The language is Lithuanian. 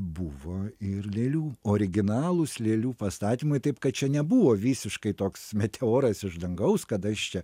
buvo ir lėlių originalūs lėlių pastatymai taip kad čia nebuvo visiškai toks meteoras iš dangaus kad aš čia